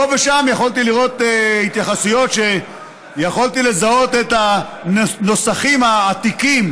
פה ושם יכולתי לראות התייחסויות שיכולתי לזהות את הנוסחים העתיקים.